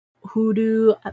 hoodoo